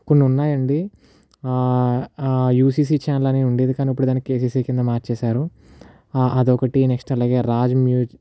కొన్ని ఉన్నాయి అండీ యూసీసీ ఛానల్ అనేది ఉండేది కానీ ఇప్పుడు కేసీసీ కింద మార్చేశారు అదొక్కటి నెక్స్ట్ అలాగే మరొకటి రాజ మ్యూ